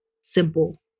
simple